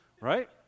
right